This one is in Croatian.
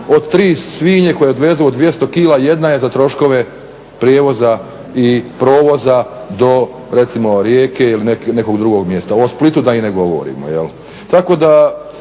od 3 svinje koje odvezu od 200 kila, jedna je za troškove prijevoza i provoza do recimo Rijeke ili nekog drugog mjesta, o Splitu da i ne govorimo.